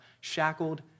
shackled